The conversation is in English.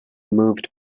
moved